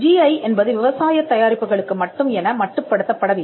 GI என்பது விவசாயத் தயாரிப்புகளுக்கு மட்டும் என மட்டுப்படுத்தப்படவில்லை